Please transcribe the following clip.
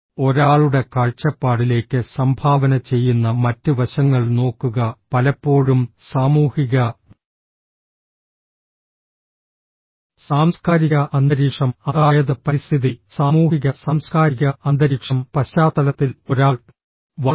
ഒരാളുടെ കാഴ്ചപ്പാടിലേക്ക് സംഭാവന ചെയ്യുന്ന മറ്റ് വശങ്ങൾ നോക്കുക പലപ്പോഴും സാമൂഹിക സാംസ്കാരിക അന്തരീക്ഷം അതായത് പരിസ്ഥിതി സാമൂഹിക സാംസ്കാരിക അന്തരീക്ഷം പശ്ചാത്തലത്തിൽ ഒരാൾ വളർന്നു